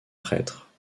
prêtre